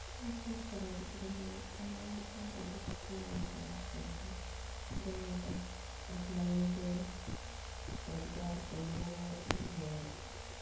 ᱱᱮᱛᱟᱨ ᱠᱚᱲᱟ ᱜᱤᱫᱽᱨᱟᱹ ᱞᱟᱹᱜᱤᱫ ᱟᱭᱢᱟ ᱜᱚᱴᱟᱝ ᱩᱰᱩᱠ ᱠᱟᱱᱟ ᱨᱚᱡᱽᱜᱟᱨ ᱞᱟᱹᱜᱤᱫ ᱡᱮᱢᱚᱱ ᱚᱯᱷᱞᱟᱭᱤᱱ ᱛᱮ ᱨᱚᱡᱽᱜᱟᱨ ᱮᱭᱵᱟᱨᱮ